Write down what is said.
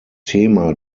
thema